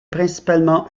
principalement